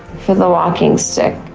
for the walking stick.